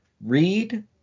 read